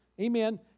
amen